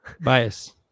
Bias